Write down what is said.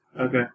Okay